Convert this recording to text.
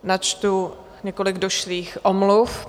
Načtu několik došlých omluv.